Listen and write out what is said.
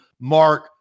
Mark